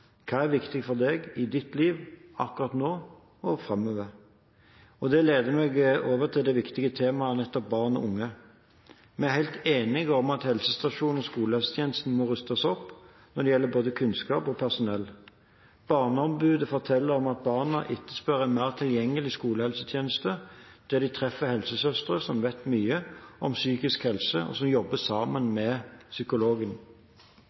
Hva er viktig for deg, i ditt liv, akkurat nå og framover. Det leder meg over til det viktige temaet «barn og unge». Vi er helt enige om at helsestasjonstjenesten og skolehelsetjenesten må rustes opp når det gjelder både kunnskap og personell. Barneombudet forteller at barna etterspør en mer tilgjengelig skolehelsetjeneste, der de treffer helsesøstre som vet mye om psykisk helse, og som jobber sammen med psykologen.